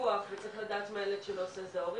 בפיקוח וצריך לדעת מה הילד שלו עושה זה ההורים,